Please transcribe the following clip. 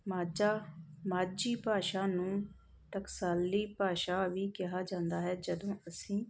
ਮਾਝਾ ਮਾਝੀ ਭਾਸ਼ਾ ਨੂੰ ਟਕਸਾਲੀ ਭਾਸ਼ਾ ਵੀ ਕਿਹਾ ਜਾਂਦਾ ਹੈ ਜਦੋਂ ਅਸੀਂ